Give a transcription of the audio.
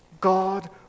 God